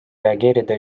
reageerida